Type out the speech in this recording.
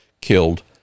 killed